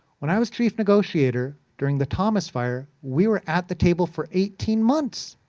when i was chief negotiator, during the thomas fire, we were at the table for eighteen months.